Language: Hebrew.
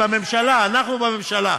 בממשלה, אנחנו בממשלה.